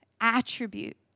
attribute